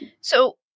So-